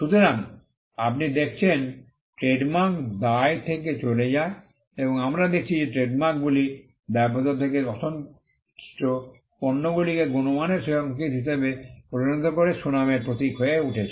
সুতরাং আপনি দেখেছেন ট্রেডমার্ক দায় থেকে চলে যায় এবং আমরা দেখেছি যে ট্রেডমার্কগুলি দায়বদ্ধতা থেকে অসন্তুষ্ট পণ্যগুলিকে গুণমানের সংকেত হিসাবে পরিণত করে সুনামের প্রতীক হয়ে উঠছে